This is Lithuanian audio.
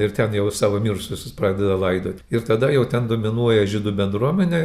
ir ten jau savo mirusiuosius pradeda laidoti ir tada jau ten dominuoja žydų bendruomenė